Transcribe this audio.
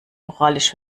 moralisch